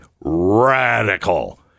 radical